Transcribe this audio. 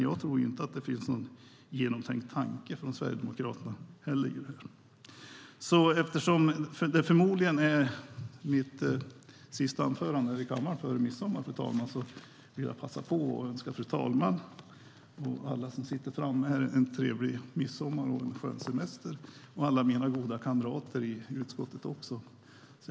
Jag tror inte att det finns någon genomtänkt tanke hos Sverigedemokraterna. Eftersom det här förmodligen är mitt sista anförande här i kammaren före midsommar, fru talman, vill jag passa på att önska fru talmannen, alla som sitter här och alla mina kamrater i utskottet en trevlig midsommar och en skön semester.